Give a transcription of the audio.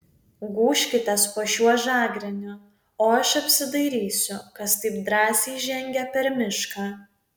gūžkitės po šiuo žagreniu o aš apsidairysiu kas taip drąsiai žengia per mišką